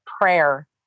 prayer